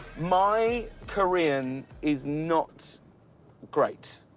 my korean is not great